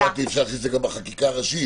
אפשר להכניס את זה גם בחקיקה ראשית.